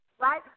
right